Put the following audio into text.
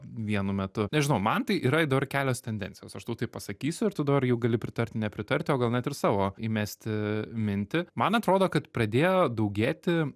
vienu metu nežinau man tai yra dabar kelios tendencijos aš tau taip pasakysiu ir tu dabar jau gali pritarti nepritarti o gal net ir savo įmesti mintį man atrodo kad pradėjo daugėti